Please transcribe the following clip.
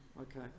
okay